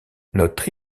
notre